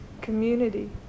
community